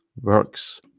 works